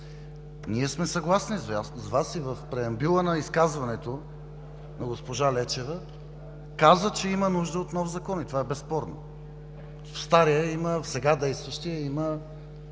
Ние сме съгласни с Вас и в преамбюла на изказването си госпожа Лечева каза, че има нужда от нов закон и това е безспорно. В сега действащия има